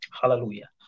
Hallelujah